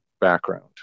background